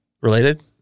Related